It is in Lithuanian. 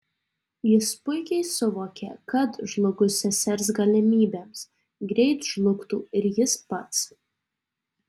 jis puikiai suvokė kad žlugus sesers galimybėms greit žlugtų ir jis pats